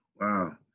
Wow